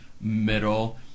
middle